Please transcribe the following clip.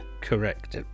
Correct